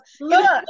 Look